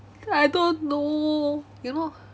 I don't know you know